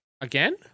Again